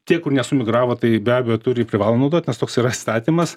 tie kur nesumigravo tai be abejo turi ir privalo naudoti nes toks yra įstatymas